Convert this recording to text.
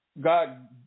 God